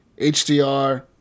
HDR